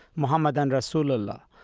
mohammadan rasul-allah.